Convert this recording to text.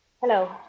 Hello